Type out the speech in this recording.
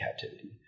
captivity